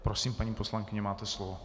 Prosím, paní poslankyně, máte slovo.